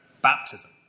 baptism